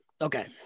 Okay